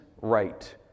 right